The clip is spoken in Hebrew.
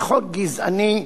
בחוק גזעני,